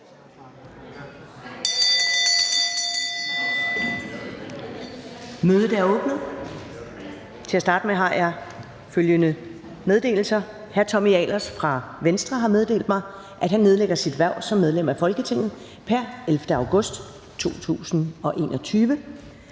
Mødet er åbnet. Til at starte med har jeg følgende meddelelser: Tommy Ahlers (V) har meddelt mig, at han nedlægger sit hverv som medlem af Folketinget pr. 11. august 2021.